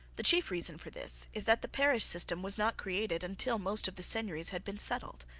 the chief reason for this is that the parish system was not created until most of the seigneuries had been settled.